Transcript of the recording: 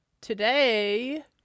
Today